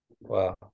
Wow